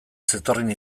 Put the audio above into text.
zetorren